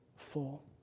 full